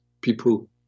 people